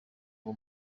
uwo